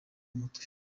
umutwe